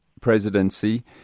presidency